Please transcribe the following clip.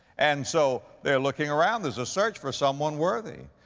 and so, they're looking around, there's a search for someone worthy.